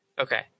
Okay